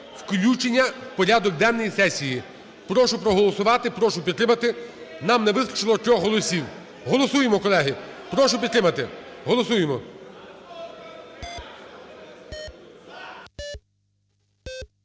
включення в порядок денний сесії. Прошу проголосувати, прошу підтримати. Нам не вистачило трьох голосів. Голосуємо, колеги. Прошу підтримати. Голосуємо.